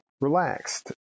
relaxed